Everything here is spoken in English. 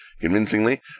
convincingly